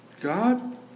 God